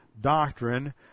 doctrine